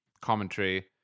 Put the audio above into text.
commentary